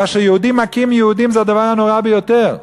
כאשר יהודים מכים יהודים זה הדבר הנורא ביותר.